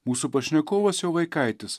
mūsų pašnekovas jo vaikaitis